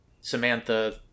Samantha